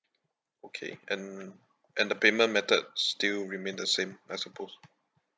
okay and and the payment method still remain the same I suppose